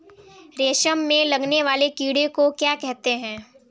रेशम में लगने वाले कीड़े को क्या कहते हैं?